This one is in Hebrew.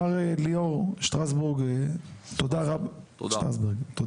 מר ליאור שטרסברג, תודה רבה.